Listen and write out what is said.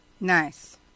Nice